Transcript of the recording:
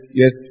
yes